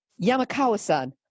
Yamakawa-san